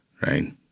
Right